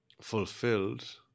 fulfilled